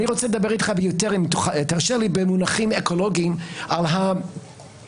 אני רוצה לדבר איתך במונחים אקולוגיים על ההקשר.